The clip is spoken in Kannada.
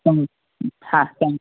ಹ್ಞ್ ಹ್ಞ್ ಹಾಂ ಥ್ಯಾಂಕ್ಸ್